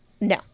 No